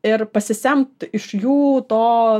ir pasisemt iš jų to